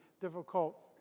difficult